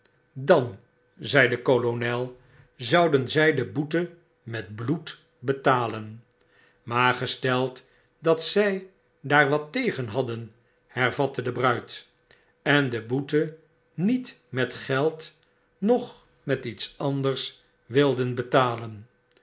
dan zei de kolonel zouden zy de boete met bloed betalen w maar gesteld dat zy daar wat tegen hadden hervatte de bruid en de boete niet met geld noch met iets anders wilden betalen